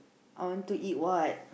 I want to eat what